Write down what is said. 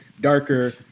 darker